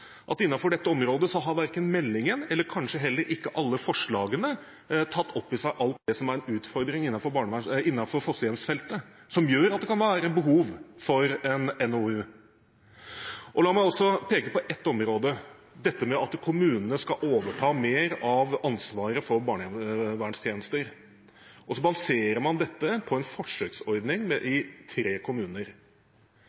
at innenfor dette området har ikke meldingen, og kanskje heller ikke alle forslagene, tatt opp i seg alt det som er utfordringer innenfor fosterhjemsfeltet, og som gjør at det kan være behov for en NOU. La meg peke på ett område: at kommunene skal overta mer av ansvaret for barnevernstjenestene. Man baserer dette på en forsøksordning i